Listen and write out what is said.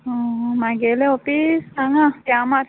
मागेलें office हांगा त्यामार